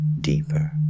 deeper